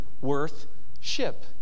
worth-ship